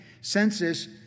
census